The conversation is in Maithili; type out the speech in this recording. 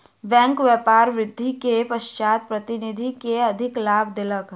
बैंक व्यापार वृद्धि के पश्चात प्रतिनिधि के अधिलाभ देलक